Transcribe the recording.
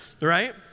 right